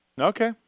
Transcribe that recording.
Okay